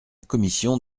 commission